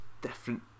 different